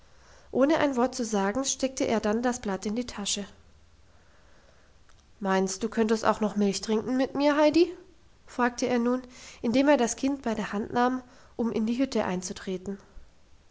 ohne ein wort zu sagen steckte er dann das blatt in die tasche meinst du könntest auch noch milch trinken mit mir heidi fragte er nun indem er das kind bei der hand nahm um in die hütte einzutreten